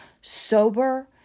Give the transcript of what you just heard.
sober